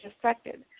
affected